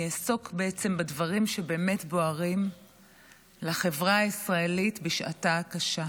אני אעסוק בעצם בדברים שבאמת בוערים לחברה הישראלית בשעתה הקשה,